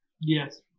Yes